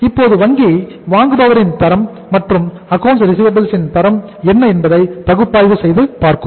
இப்போது வங்கி வாங்குபவரின் தரம் மற்றும் அக்கவுண்ட்ஸ் ரிசிவபில்ஸ் ன் தரம் என்ன என்பதை பகுப்பாய்வு செய்து பார்க்கும்